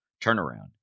turnaround